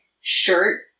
shirt